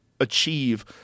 Achieve